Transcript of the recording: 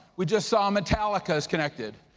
we just saw metallica's connected.